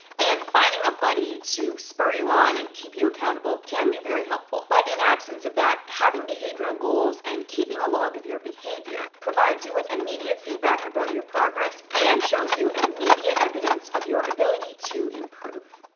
and finding a buddy to spur you on, and keep you accountable, can be very helpful. but in absence of that, having behavioral goals, and keeping a log of your behavior provides you with immediate feedback about your progress, and shows you immediate evidence of your ability to improve.